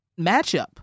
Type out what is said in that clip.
matchup